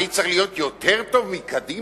אני צריך להיות יותר טוב מקדימה?